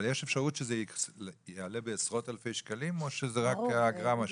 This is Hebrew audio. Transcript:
יש אפשרות שזה יעלה בעשרות אלפי שקלים או שזה רק אגרה מה שאת אומרת?